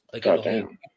Goddamn